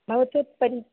भवतत् परि